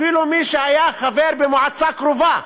אפילו מי שהיה חבר במועצה קרובה,